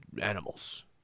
animals